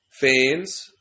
fans